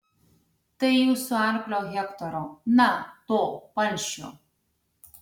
tai jūsų arklio hektoro na to palšio